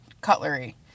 cutlery